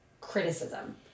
criticism